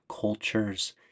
cultures